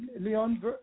Leon